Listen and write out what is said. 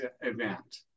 event